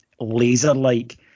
laser-like